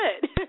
good